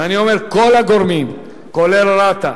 כל הגורמים, כולל רת"א,